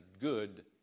good